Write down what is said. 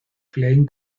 klein